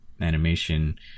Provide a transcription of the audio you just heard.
animation